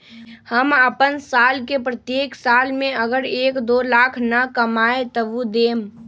हम अपन साल के प्रत्येक साल मे अगर एक, दो लाख न कमाये तवु देम?